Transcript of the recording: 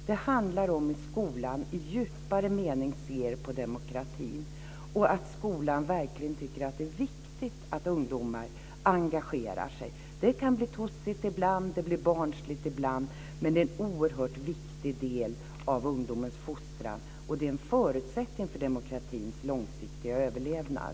Det handlar om hur skolan i djupare mening ser på demokratin och att skolan verkligen tycker att det är viktigt att ungdomar engagerar sig. Det kan bli tossigt ibland. Det blir barnslig ibland, men det är en oerhört viktig del av ungdomens fostran, och det är en förutsättning för demokratins långsiktiga överlevnad.